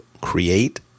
create